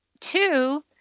Two